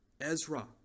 Ezra